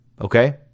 okay